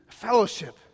Fellowship